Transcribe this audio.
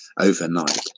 overnight